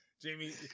Jamie